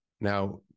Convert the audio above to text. Now